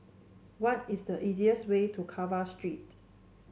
what is the easiest way to Carver Street